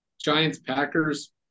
Giants-Packers